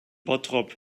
bottrop